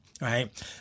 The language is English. right